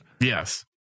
Yes